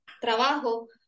trabajo